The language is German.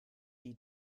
die